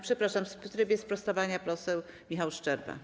Przepraszam, w trybie sprostowania poseł Michał Szczerba.